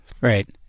Right